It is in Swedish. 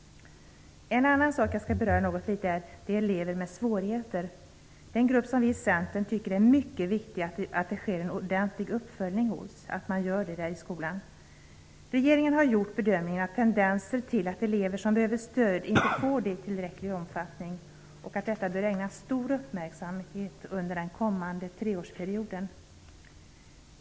Jag skall också något beröra elever med svårigheter. Det är en annan grupp för vilken vi i Centern tycker att det är mycket viktigt att en ordentlig uppföljning görs i skolan. Regeringen har gjort bedömningen att det finns tendenser till att elever som behöver stöd inte får det i tillräcklig omfattning och att detta bör ägnas stor uppmärksamhet under den kommande treårsperioden.